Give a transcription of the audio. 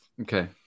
okay